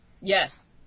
Yes